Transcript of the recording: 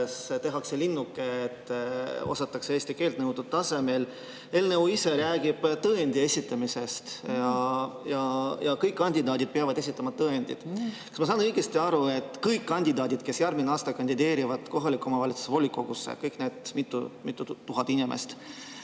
tehakse linnuke, et osatakse eesti keelt nõutud tasemel. Eelnõu ise räägib tõendi esitamisest. Kõik kandidaadid peavad esitama tõendid. Kas ma saan õigesti aru, et kõik kandidaadid, kes järgmine aasta kandideerivad kohaliku omavalitsuse volikogusse – kõik need mitu tuhat inimest